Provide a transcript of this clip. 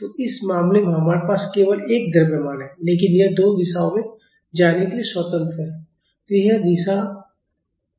तो इस मामले में हमारे पास केवल एक द्रव्यमान है लेकिन यह दो दिशाओं में जाने के लिए स्वतंत्र है